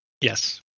Yes